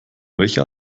welche